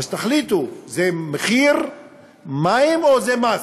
אז תחליטו, זה מחיר מים או שזה מס?